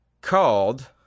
called